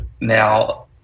Now